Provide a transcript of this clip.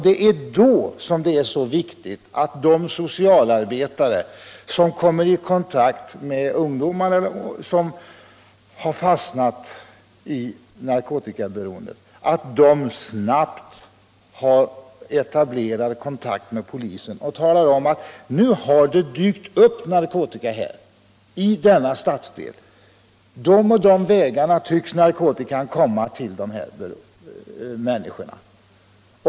Det är då det är så viktigt att de socialarbetare som kommer i kontakt med de ungdomar som fastnat i narkotikaberoendet snabbt etablerar kontakt med polisen och talar om: Nu har det dykt upp narkotika här i denna stadsdel, och de här olika vägarna tycks narkotikan komma till dessa människor.